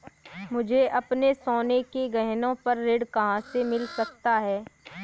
मुझे अपने सोने के गहनों पर ऋण कहाँ से मिल सकता है?